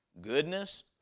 goodness